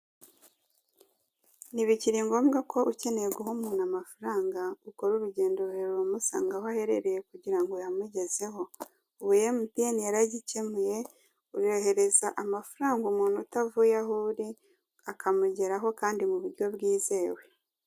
Ntibikiri ngombwa ko ukeneye guha umuntu amafaranga ukora urugendo rurerure umusanga aho aherereye kugirango uyamugezeho. Ubu emutiyeni yaragikemuye urohereza amafaranga umuntu utavuye aho uri, akamugeraho kandi mu buryo bwizewe.